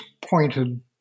pointed